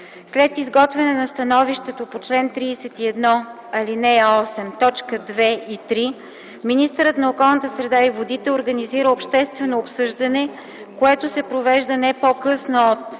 След изготвяне на становището по чл. 31, ал. 8, т. 2 и 3 министърът на околната среда и водите организира обществено обсъждане, което се провежда не по-късно от: